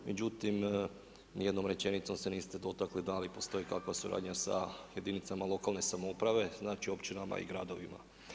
Međutim ni jednom rečenicom se niste dotakli da li postoji kakva suradnja sa jedinicama lokalne samouprave, znači općinama i gradovima.